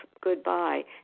goodbye